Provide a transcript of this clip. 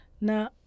Now